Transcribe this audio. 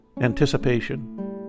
anticipation